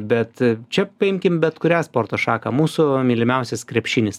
bet čia paimkim bet kurią sporto šaką mūsų mylimiausias krepšinis